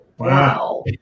Wow